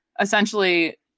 Essentially